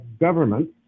government